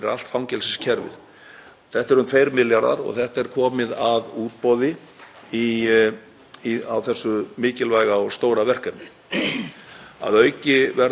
Að auki verða aðgangsmál fangelsisins bætt þannig að hægt sé að draga úr flutningi fíkniefna inn í fangelsið og stemma stigu við dreifingu slíkra efna innan veggja þess.